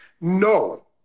no